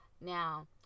Now